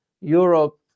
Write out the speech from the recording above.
Europe